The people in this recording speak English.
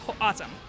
Awesome